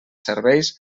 serveis